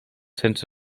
sense